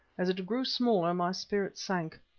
as it grew smaller my spirits sank,